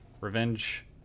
revenge